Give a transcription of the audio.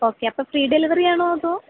okay അപ്പോൾ free delivery ആണോ അതോ